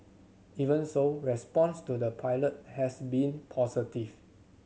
even so response to the pilot has been positive